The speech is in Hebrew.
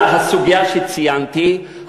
בגלל הסוגיה שציינתי,